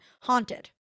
haunted